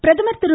பிரதமர் திரு